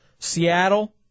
Seattle